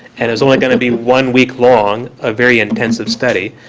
and it's only going to be one week long, a very intensive study.